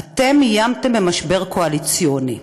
אתם איימתם במשבר קואליציוני.